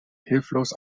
hilflos